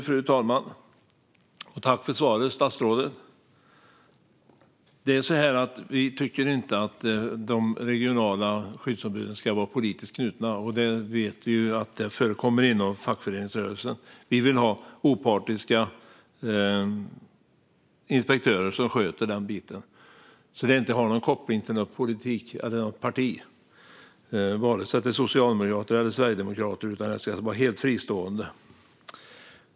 Fru talman! Jag tackar statsrådet för svaret. Vi tycker inte att de regionala skyddsombuden ska vara politiskt knutna, och vi vet ju att det förekommer inom fackföreningsrörelsen. Vi vill ha opartiska inspektörer som sköter den biten så att det inte har någon koppling till politik eller till något parti, vare sig till socialdemokrater eller till sverigedemokrater. Det ska vara helt fristående.